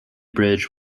bridge